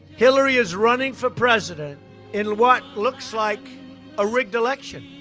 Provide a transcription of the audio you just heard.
hillary is running for president in what looks like a rigged election.